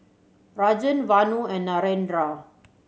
Rajan Vanu and Narendra